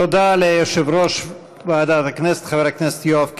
תודה ליושב-ראש ועדת הכנסת, חבר הכנסת יואב קיש.